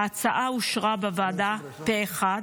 ההצעה אושרה בוועדה פה אחד,